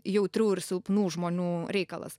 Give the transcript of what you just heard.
jautrių ir silpnų žmonių reikalas